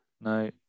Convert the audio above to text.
No